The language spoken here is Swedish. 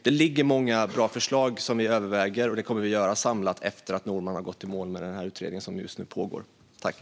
Det finns många bra förslag, och vi kommer att överväga dem samlat efter att Norman har gått i mål med den pågående utredningen.